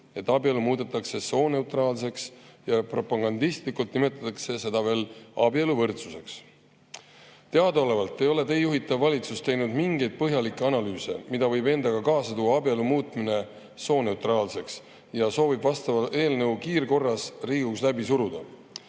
et abielu muudetakse sooneutraalseks ja propagandistlikult nimetatakse seda veel abieluvõrdsuseks. Teadaolevalt ei ole teie juhitav valitsus teinud mingeid põhjalikke analüüse selle kohta, mida võib endaga kaasa tuua abielu muutmine sooneutraalseks, ja soovib vastava eelnõu kiirkorras Riigikogus läbi suruda.